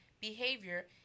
behavior